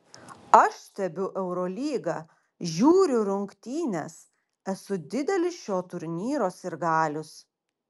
aš stebiu eurolygą žiūriu rungtynes esu didelis šio turnyro sirgalius